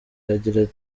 yagiraga